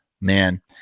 man